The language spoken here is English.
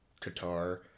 Qatar